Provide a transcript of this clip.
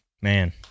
Man